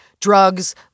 drugs